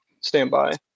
standby